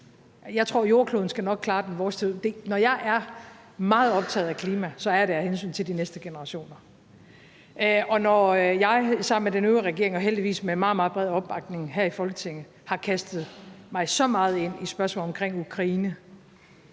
Jeg tror, at jordkloden nok skal klare den vores tid ud. Når jeg er meget optaget af klima, er det af hensyn til de næste generationer. Når jeg sammen med den øvrige regering og heldigvis med en meget, meget bred opbakning her i Folketinget har kastet mig så meget ind i spørgsmålet om Ukraine